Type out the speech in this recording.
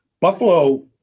Buffalo